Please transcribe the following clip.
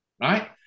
right